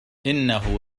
إنه